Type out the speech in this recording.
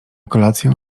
kolację